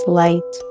light